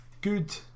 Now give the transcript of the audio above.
good